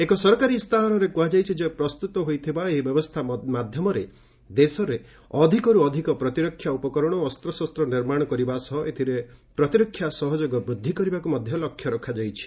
ଏକ ସରକାରୀ ଇସ୍ତାହାରରେ କୁହାଯାଇଛି ଯେ ପ୍ରସ୍ତୁତ ହୋଇଥିବା ଏହି ବ୍ୟବସ୍ଥା ମାଧ୍ୟମରେ ଦେଶରେ ଅଧିକରୁ ଅଧିକ ପ୍ରତିରକ୍ଷା ଉପକରଣ ଓ ଅସ୍ତ୍ରଶସ୍ତ ନିର୍ମାଣ କରିବା ସହ ଏଥିରେ ପ୍ରତିରକ୍ଷା ସହଯୋଗ ବୃଦ୍ଧି କରିବାକୁ ଲକ୍ଷ୍ୟ ମଧ୍ୟ ରଖାଯାଇଛି